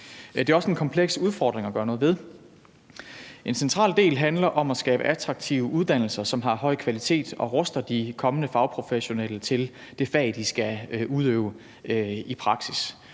Det er også en kompleks udfordring at gøre noget ved det. En central del handler om at skabe attraktive uddannelser, som har høj kvalitet og ruster de kommende fagprofessionelle til det fag, de skal udøve i praksis,